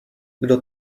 kdo